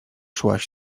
szłaś